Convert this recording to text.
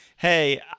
Hey